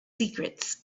secrets